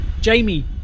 Jamie